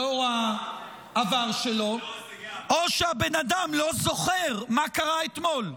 לאור העבר שלו, או שהבן אדם לא זוכר מה קרה אתמול.